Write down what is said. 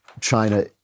China